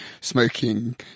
smoking